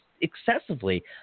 excessively